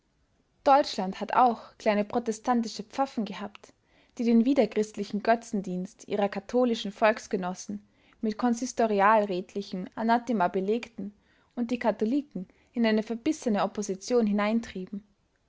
deutschland hat auch kleine protestantische pfaffen gehabt die den widerchristlichen götzendienst ihrer katholischen volksgenossen mit konsistorialrätlichem anathema belegten und die katholiken in eine verbissene opposition hineintrieben